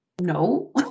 no